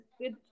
good